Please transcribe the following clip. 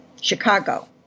Chicago